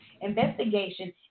investigation